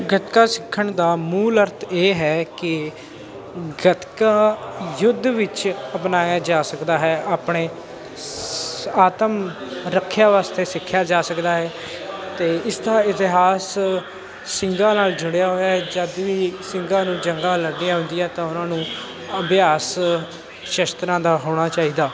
ਗੱਤਕਾ ਸਿੱਖਣ ਦਾ ਮੂਲ ਅਰਥ ਇਹ ਹੈ ਕਿ ਗੱਤਕਾ ਯੁੱਧ ਵਿੱਚ ਅਪਣਾਇਆ ਜਾ ਸਕਦਾ ਹੈ ਆਪਣੇ ਸ ਆਤਮ ਰੱਖਿਆ ਵਾਸਤੇ ਸਿੱਖਿਆ ਜਾ ਸਕਦਾ ਹੈ ਅਤੇ ਇਸਦਾ ਇਤਿਹਾਸ ਸਿੰਘਾਂ ਨਾਲ ਜੁੜਿਆ ਹੋਇਆ ਜਦੋਂ ਵੀ ਸਿੰਘਾਂ ਨੂੰ ਜੰਗਾਂ ਲੜਨੀਆਂ ਹੁੰਦੀਆਂ ਤਾਂ ਉਹਨਾਂ ਨੂੰ ਅਭਿਆਸ ਸ਼ਸਤਰਾਂ ਦਾ ਹੋਣਾ ਚਾਹੀਦਾ